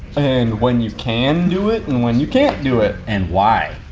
and when you can do it and when you can't do it. and why.